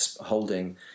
holding